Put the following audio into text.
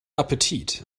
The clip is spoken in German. appetit